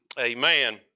Amen